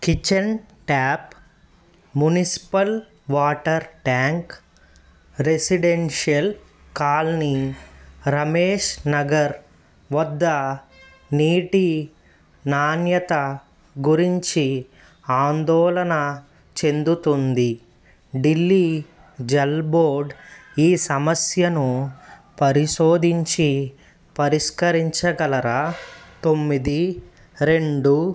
kitchen tap municipal water tank residential colony Ramesh Nagar వద్ద నీటి నాణ్యత గురించి ఆందోళన చెందుతుంది ఢిల్లీ జల్ బోర్డ్ ఈ సమస్యను పరిశోధించి పరిష్కరించగలరా తొమ్మిది రెండు